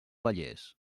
vallès